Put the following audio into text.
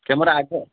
camera ଆଗ